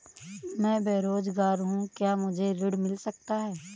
मैं बेरोजगार हूँ क्या मुझे ऋण मिल सकता है?